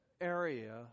area